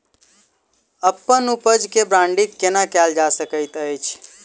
अप्पन उपज केँ ब्रांडिंग केना कैल जा सकैत अछि?